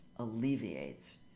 Alleviates